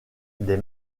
des